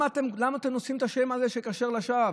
למה אתם נושאים את השם הזה של "כשר" לשווא?